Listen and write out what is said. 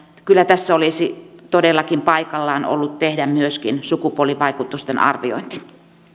kyllä tässä olisi todellakin paikallaan ollut tehdä myös sukupuolivaikutusten arviointi